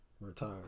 retire